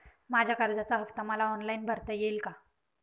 माझ्या कर्जाचा हफ्ता मला ऑनलाईन भरता येईल का?